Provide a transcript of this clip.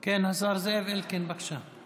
כן, השר זאב אלקין, בבקשה.